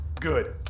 Good